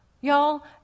Y'all